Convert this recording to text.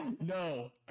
no